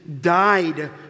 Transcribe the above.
died